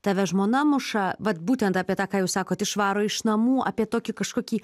tave žmona muša vat būtent apie tą ką jūs sakot išvaro iš namų apie tokį kažkokį